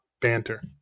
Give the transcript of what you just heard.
banter